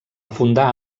fundar